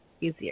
easier